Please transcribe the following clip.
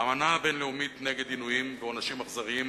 האמנה הבין-לאומית נגד עינויים ועונשים אכזריים,